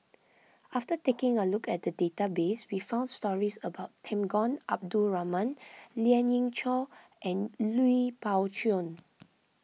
after taking a look at the database we found stories about Temenggong Abdul Rahman Lien Ying Chow and Lui Pao Chuen